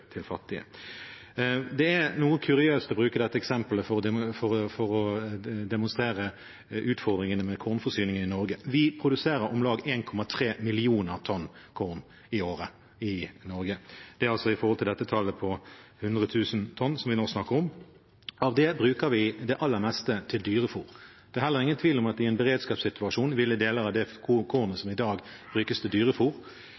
til fattige, om subsidierte brød til fattige. Det er noe kuriøst å bruke dette eksempelet for å demonstrere utfordringene med kornforsyningen i Norge. Vi produserer i Norge om lag 1,3 millioner tonn korn i året. Det er altså i forhold til tallet 100 000 tonn, som vi nå snakker om. Av det bruker vi det aller meste til dyrefôr. Det er heller ingen tvil om at i en beredskapssituasjon ville deler av det